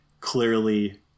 clearly